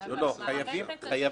התוספת.